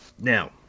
Now